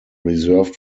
reserved